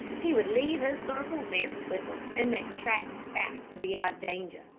he would leave his circle very quickly, and make tracks fast to be out of danger.